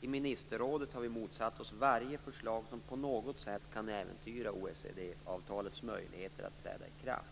I ministerrådet har vi motsatt oss varje förslag som på något sätt kan äventyra OECD-avtalets möjligheter att träda i kraft.